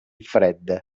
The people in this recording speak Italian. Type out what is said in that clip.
fred